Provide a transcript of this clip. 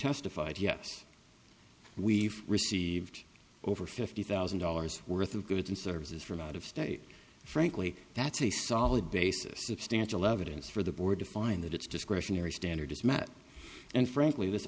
testified yes we've received over fifty thousand dollars worth of goods and services from out of state frankly that's a solid basis of stance eleven's for the board to find that it's discretionary standards matt and frankly this